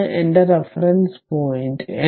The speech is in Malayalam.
ഇതാണ് എന്റെ റഫറൻസ് പോയിന്റ്